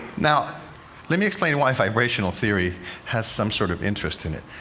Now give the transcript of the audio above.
now let me explain why vibrational theory has some sort of interest in it.